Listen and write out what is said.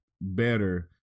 better